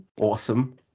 awesome